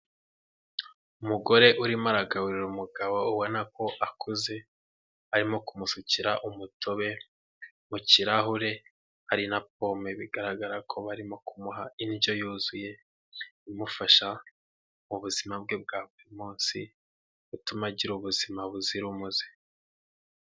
Umugore urimo aragaburira umugabo ubona ko akuze, arimo kumusukira umutobe mu kirahure, hari na pome bigaragara ko barimo kumuha indyo yuzuye imufasha mu buzima bwe bwa buri munsi, bituma agira ubuzima buzira umuze.